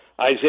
Isaiah